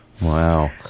Wow